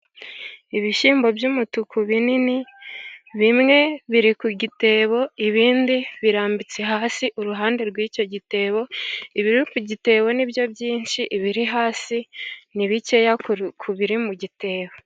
Ibishyimbo by'umutuku binini bimwe biri ku gitebo ibindi birambitse hasi i uruhande rw'icyo gitebo. Ibiri ku gitebo nibyo byinshi ibiri hasi ni bike ku biri mu gitebo.